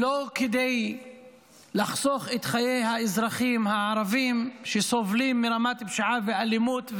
לא כדי לחסוך את חיי האזרחים הערבים שסובלים מרמת פשיעה ואלימות,